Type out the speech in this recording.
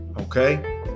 Okay